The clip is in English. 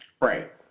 right